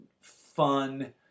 fun